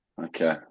okay